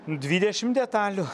dvidešimt detalių